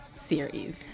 series